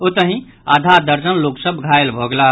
ओतहि आधा दर्जन लोक सभ घायल भऽ गेलाह